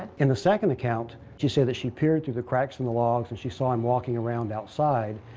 in the second account, she said that she peered through the cracks in the logs, and she saw him walking around outside,